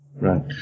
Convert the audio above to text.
Right